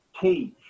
teach